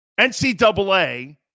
NCAA